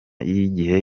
y’igihe